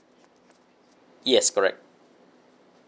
yes correct